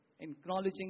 acknowledging